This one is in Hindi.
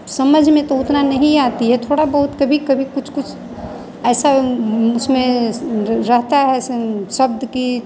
समझ में तो उतना नहीं आती है थोड़ा बहुत कभी कभी कुछ कुछ ऐसा उसमें र रहता है शब्द की